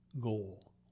goal